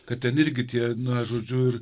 kad ten irgi tie na žodžiu ir